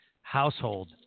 household